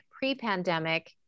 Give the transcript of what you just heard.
pre-pandemic